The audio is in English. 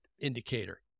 indicator